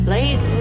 Late